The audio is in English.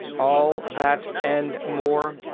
all that and more.